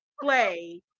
play